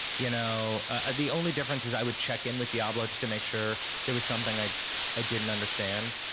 you know ah the only difference is i would check in with diablo just to make sure. there was something i i didn't understand.